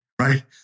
right